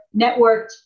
networked